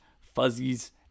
Fuzzies